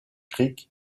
creek